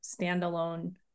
standalone